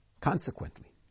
Consequently